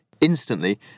Instantly